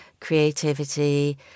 creativity